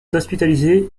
hospitalisé